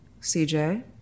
CJ